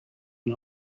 and